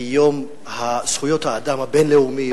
כי יום זכויות האדם הבין-לאומי,